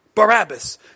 Barabbas